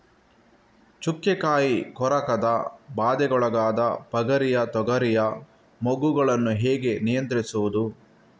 ಚುಕ್ಕೆ ಕಾಯಿ ಕೊರಕದ ಬಾಧೆಗೊಳಗಾದ ಪಗರಿಯ ತೊಗರಿಯ ಮೊಗ್ಗುಗಳನ್ನು ಹೇಗೆ ನಿಯಂತ್ರಿಸುವುದು?